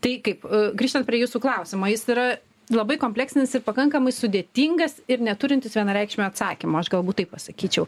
tai kaip grįžtant prie jūsų klausimo jis yra labai kompleksinis ir pakankamai sudėtingas ir neturintis vienareikšmio atsakymo aš galbūt taip pasakyčiau